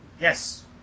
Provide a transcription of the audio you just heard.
yes